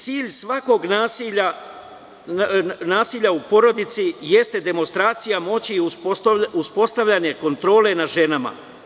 Cilj svakog nasilja u porodici jeste demonstracija moći u uspostavljanje kontrole nad ženama.